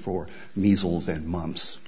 for measles and mumps